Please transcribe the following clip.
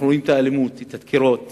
אנחנו רואים את האלימות, את הדקירות